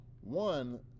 One